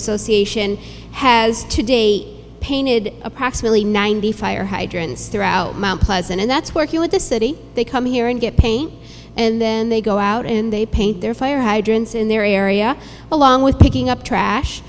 association has today painted approximately ninety fire hydrants throughout mt pleasant and that's working with the city they come here and get paint and then they go out and they paint their fire hydrants in their area along with picking up trash